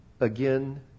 Again